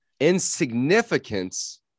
insignificance